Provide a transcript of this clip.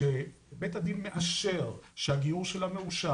שבית הדין מאשר שהגיור שלה מאושר,